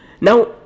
Now